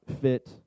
fit